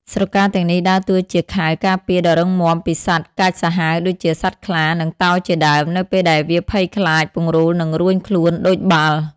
ស្រកាទាំងនេះដើរតួជាខែលការពារដ៏រឹងមាំពីសត្វកាចសាហាវដូចជាសត្វខ្លា និងតោជាដើម នៅពេលដែលវាភ័យខ្លាច ពង្រូលនឹងរួញខ្លួនដូចបាល់។